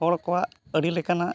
ᱦᱚᱲ ᱠᱚᱣᱟᱜ ᱟᱹᱰᱤᱞᱮᱠᱟᱱᱟᱜ